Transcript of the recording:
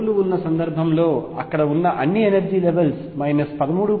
అణువులు ఉన్న సందర్భంలో అక్కడ ఉన్న అన్ని ఎనర్జీ లెవెల్స్ 13